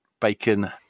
bacon